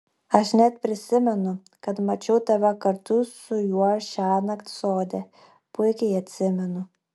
aš net prisimenu kad mačiau tave kartu su juo šiąnakt sode puikiai atsimenu